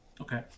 Okay